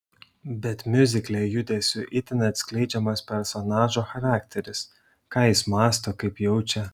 bet miuzikle judesiu itin atskleidžiamas personažo charakteris ką jis mąsto kaip jaučia